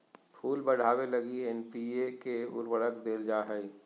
फूल बढ़ावे लगी एन.पी.के उर्वरक देल जा हइ